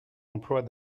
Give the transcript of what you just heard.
emplois